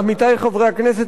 עמיתי חברי הכנסת,